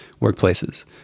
workplaces